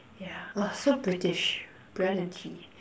yeah !wah! so British bread and tea